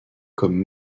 comme